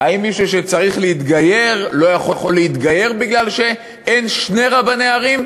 האם מישהו שצריך להתגייר לא יכול להתגייר בגלל שאין שני רבנים ערים,